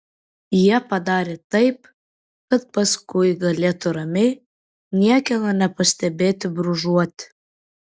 jie padarė taip kad paskui galėtų ramiai niekieno nepastebėti brūžuoti